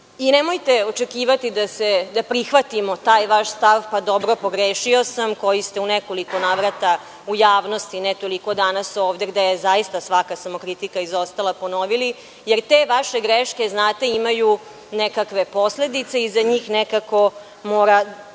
Nemojte očekivati da prihvatimo taj vaš stav, pa dobro pogrešio sam, koji ste u nekoliko navrata u javnosti, ne toliko danas ovde gde je zaista svaka samokritika izostala ponovili, jer te vaše greške imaju nekakve posledice i za njih nekako mora